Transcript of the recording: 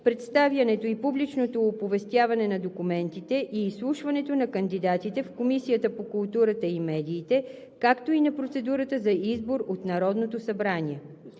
представянето и публичното оповестяване на документите и изслушването на кандидатите в Комисията по културата и медиите, както и процедурата за избор от Народното събрание